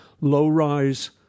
low-rise